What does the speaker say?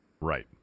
Right